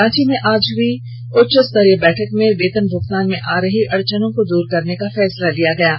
रांची में आज हुई आज उच्च स्तरीय बैठक में वेतन भुगतान में आ रही अड़चन को दूर करने का फैसला लिया गया है